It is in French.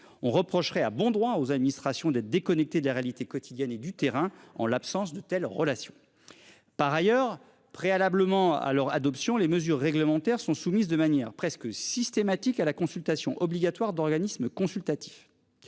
on reprocherait à bon droit aux administrations d'être déconnecté de la réalité. Quotidienne et du terrain. En l'absence de telles relations. Par ailleurs, préalablement à leur adoption. Les mesures réglementaires sont soumises de manière presque systématique à la consultation obligatoire d'organismes consultatifs.